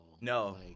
No